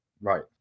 Right